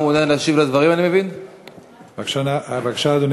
אני מבין שהשר מעוניין להשיב על הדברים?